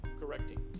correcting